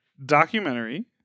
documentary